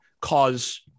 cause